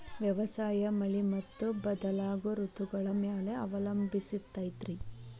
ವ್ಯವಸಾಯ ಮಳಿ ಮತ್ತು ಬದಲಾಗೋ ಋತುಗಳ ಮ್ಯಾಲೆ ಅವಲಂಬಿಸೈತ್ರಿ